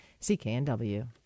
CKNW